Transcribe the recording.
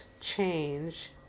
change